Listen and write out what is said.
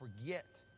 forget